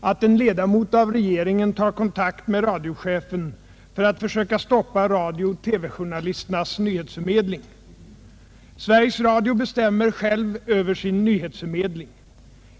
att en ledamot av regeringen tar kontakt med radiochefen för att försöka stoppa radio-TV journalisternas nyhetsförmedling. Sveriges Radio bestämmer själv över sin nyhetsförmedling.